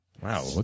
Wow